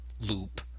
loop